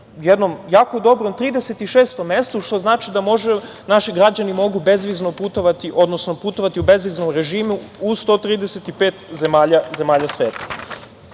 jednom jako dobrom 36. mestu, što znači da naši građani mogu bezvizno putovati, odnosno putovati u bezviznom režimu u 135 zemalja sveta.Za